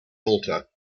altar